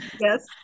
yes